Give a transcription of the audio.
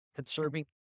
conserving